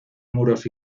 muros